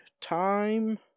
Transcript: time